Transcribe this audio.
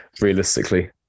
Realistically